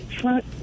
front